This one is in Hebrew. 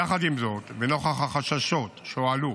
יחד עם זאת, לנוכח החששות שהועלו